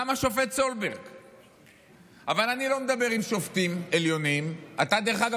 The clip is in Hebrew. בסדר, אבל אני מפעיל לך